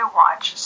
watch